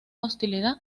hostilidad